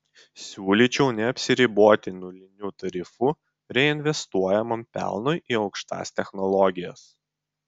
siūlyčiau neapsiriboti nuliniu tarifu reinvestuojamam pelnui į aukštas technologijas